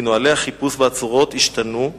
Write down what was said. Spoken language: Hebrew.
שנוהלי החיפוש בעצורות השתנו בתצהיר,